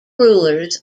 rulers